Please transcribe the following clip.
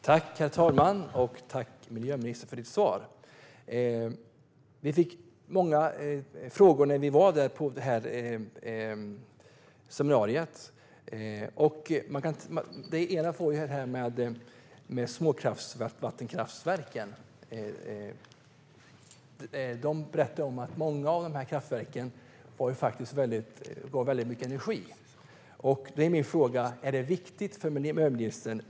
Herr talman! Jag tackar miljöministern för svaret. Vi fick många frågor på detta seminarium. Det berättades att många av de små vattenkraftverken faktiskt ger mycket energi. Min fråga är då: Är det viktigt för miljöministern?